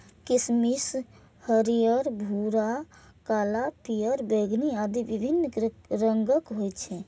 किशमिश हरियर, भूरा, काला, पीयर, बैंगनी आदि विभिन्न रंगक होइ छै